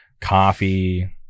coffee